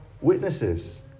witnesses